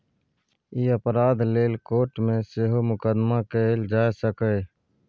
ई अपराध लेल कोर्ट मे सेहो मुकदमा कएल जा सकैए